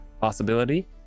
possibility